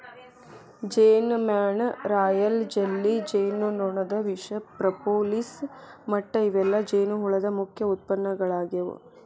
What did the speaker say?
ಜೇನಮ್ಯಾಣ, royal jelly, ಜೇನುನೊಣದ ವಿಷ, propolis ಮಟ್ಟ ಇವೆಲ್ಲ ಜೇನುಹುಳದ ಮುಖ್ಯ ಉತ್ಪನ್ನಗಳಾಗ್ಯಾವ